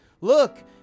Look